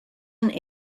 and